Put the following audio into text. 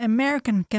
American